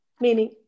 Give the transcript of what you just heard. meaning